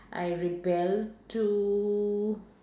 I rebel to